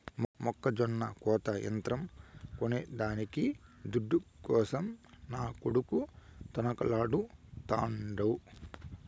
మొక్కజొన్న కోత యంత్రం కొనేదానికి దుడ్డు కోసం నా కొడుకు తనకలాడుతాండు